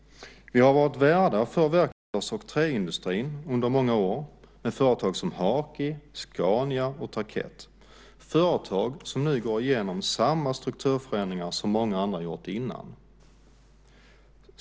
Vi har varit värdar för verkstads och träindustrin under många år, med företag som HAKI, Scania och Tarkett - företag som nu går igenom samma strukturförändringar som många andra gjort innan.